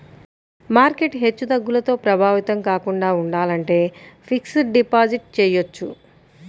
market హెచ్చుతగ్గులతో ప్రభావితం కాకుండా ఉండాలంటే ఫిక్స్డ్ డిపాజిట్ చెయ్యొచ్చు